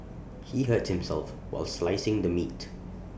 he hurt himself while slicing the meat